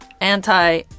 anti